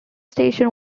station